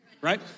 right